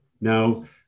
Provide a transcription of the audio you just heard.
Now